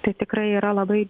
tai tikrai yra labai